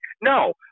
No